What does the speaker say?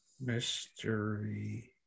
Mystery